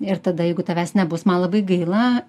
ir tada jeigu tavęs nebus man labai gaila